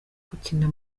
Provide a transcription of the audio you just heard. gukina